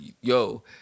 yo